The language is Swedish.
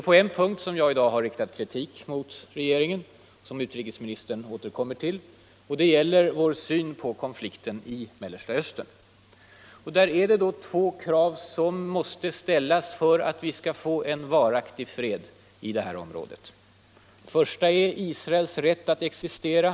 är på en punkt — som utrikesministern återkommer till — som jag i dag har riktat kritik mot regeringen. Det gäller vår syn på konflikten i Mellersta Östern. Där är det två krav som måste ställas för att det skall kunna bli en varaktig fred i detta område. | Det första kravet är Israels rätt att existera.